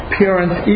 parents